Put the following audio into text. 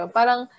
Parang